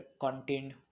content